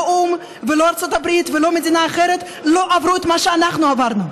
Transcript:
לא האו"ם ולא ארצות הברית ולא מדינה אחרת לא עברו את מה שאנחנו עברנו.